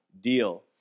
deal